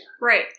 Right